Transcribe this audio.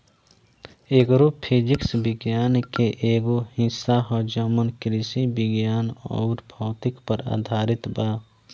agro physics विज्ञान के एगो हिस्सा ह जवन कृषि विज्ञान अउर भौतिकी पर आधारित बा